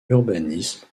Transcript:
urbanisme